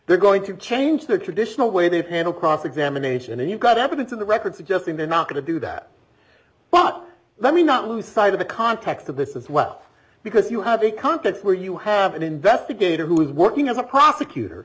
they're going to change their traditional way they handle cross examination and you've got evidence in the record suggesting they're not going to do that but let me not lose sight of the context of this as well because you have a context where you have an investigator who is working as a prosecutor